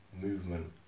movement